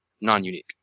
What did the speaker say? non-unique